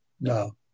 No